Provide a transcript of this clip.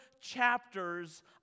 chapters